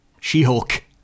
She-Hulk